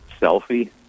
selfie